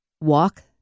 walk